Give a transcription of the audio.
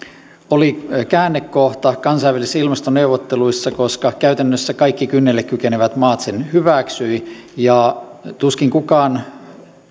oli käännekohta kansainvälisissä ilmastoneuvotteluissa koska käytännössä kaikki kynnelle kykenevät maat sen hyväksyivät tuskin kukaan